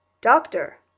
doctor